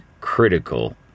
critical